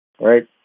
right